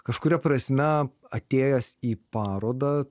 kažkuria prasme atėjęs į parodą